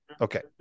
okay